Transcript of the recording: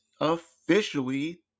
officially